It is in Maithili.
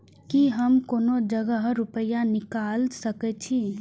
की हम कोनो जगह रूपया निकाल सके छी?